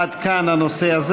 עד כאן הנושא הזה.